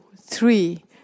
three